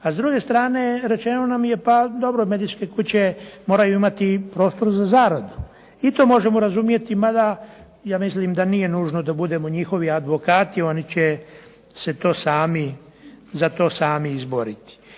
a s druge strane rečeno nam je pa dobro medijske kuće moraju imati prostor za zaradu. I to možemo razumjeti mada ja mislim da nije nužno da budemo njihovi advokati, oni će se to sami, za to sami izboriti.